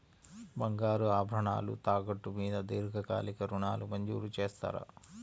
బంగారు ఆభరణాలు తాకట్టు మీద దీర్ఘకాలిక ఋణాలు మంజూరు చేస్తారా?